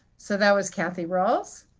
so that was kathy ralls.